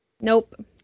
Nope